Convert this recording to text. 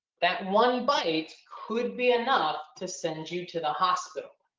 that one bite could be enough to send you to the hospital,